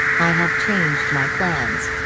i have changed my plans.